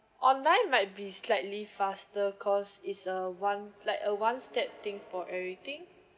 online might be slightly faster cause it's a one like a one step thing for everything